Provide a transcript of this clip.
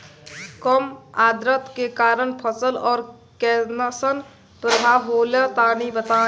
कम आद्रता के कारण फसल पर कैसन प्रभाव होला तनी बताई?